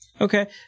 Okay